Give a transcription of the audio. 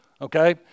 Okay